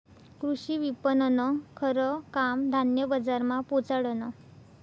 कृषी विपणननं खरं काम धान्य बजारमा पोचाडनं